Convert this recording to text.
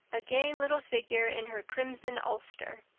a gay little figure in her crimson ulster.